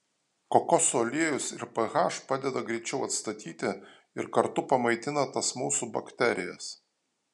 kokosų aliejus ir ph padeda greičiau atstatyti ir kartu pamaitina tas mūsų bakterijas